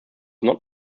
not